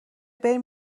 بریم